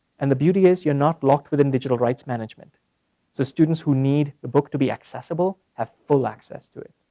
and the beauty is you're not locked with in digital rights management. so students who need a book to be accessible, have full access to it,